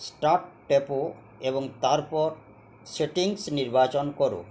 start টেপো এবং তারপর সেটিংস নির্বাচন করো